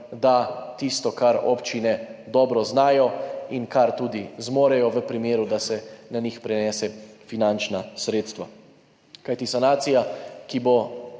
da tisto, kar občine dobro znajo in kar tudi zmorejo v primeru, da se na njih prenesejo finančna sredstva. Kajti sanacija, ki bo